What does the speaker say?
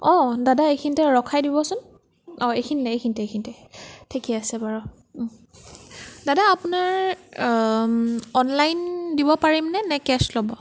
অঁ দাদা এইখিনিতে ৰখাই দিবচোন অঁ এইখিনিতে এইখিনিতে এইখিনিতে ঠিকে আছে বাৰু দাদা আপোনাৰ অনলাইন দিব পাৰিমনে নে কেছ ল'ব